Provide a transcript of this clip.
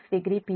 60 p